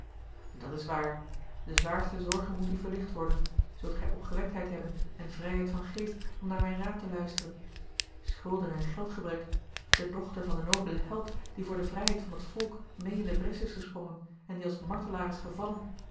dat is waar de zwaarste zorge moet u verlicht worden zult gij opgewektheid hebben en vrijheid van geest om naar mijn raad te luisteren schulden en geldgebrek de dochter van den nobelen held die voor de vrijheid van t volk meê in de bres is gesprongen en die als martelaar is gevallen